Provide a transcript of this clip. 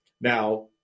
now